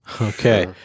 Okay